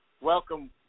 welcome